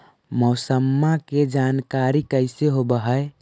मौसमा के जानकारी कैसे होब है?